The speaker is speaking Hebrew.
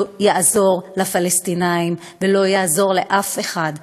לא יעזור לפלסטינים ולא יעזור לאף אחד.